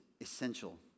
essential